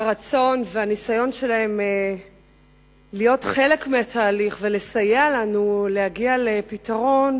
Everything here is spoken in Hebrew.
והרצון והניסיון שלהן להיות חלק מהתהליך ולסייע לנו להגיע לפתרון